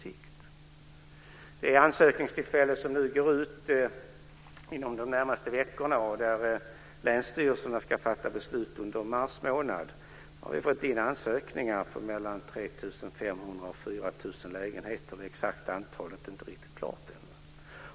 Under den ansökningsperiod som upphör inom de närmaste veckorna och där länsstyrelserna ska fatta beslut under mars månad har vi fått in ansökningar på 3 500-4 000 lägenheter. Det exakta antalet är inte riktigt klart än.